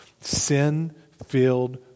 sin-filled